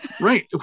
right